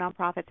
nonprofits